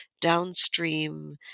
downstream